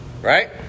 Right